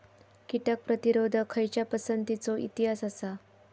कीटक प्रतिरोधक खयच्या पसंतीचो इतिहास आसा?